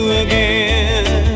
again